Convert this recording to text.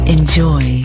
Enjoy